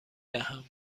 دهم